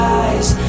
eyes